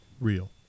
real